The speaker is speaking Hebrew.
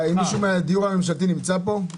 האם נציג מהדיור הממשלתי נמצא פה?